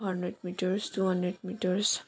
hundred meters two hundred meters